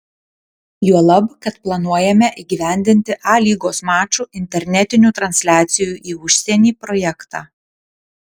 juolab kad planuojame įgyvendinti a lygos mačų internetinių transliacijų į užsienį projektą